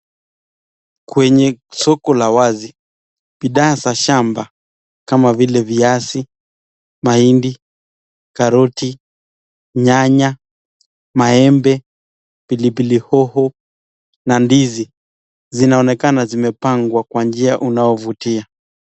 Kwenye soko la wazi, bidhaa za shamba kama vile: viazi, mahindi, karoti, nyanya, maembe, pilipili hoho na ndizi zinaonekana zimepangwa kwa njia unaovutia.